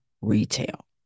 retail